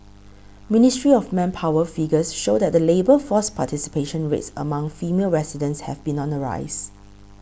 ministry of Manpower figures show that the labour force participation rates among female residents have been on the rise